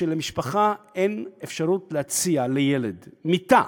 כשלמשפחה אין אפשרות להציע לילד מיטה,